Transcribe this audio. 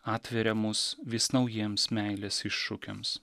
atveria mus vis naujiems meilės iššūkiams